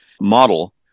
model